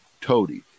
toady